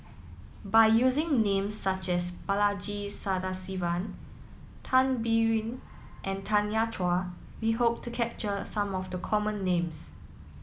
by using names such as Balaji Sadasivan Tan Biyun and Tanya Chua we hope to capture some of the common names